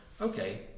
Okay